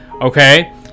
Okay